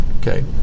Okay